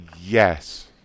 Yes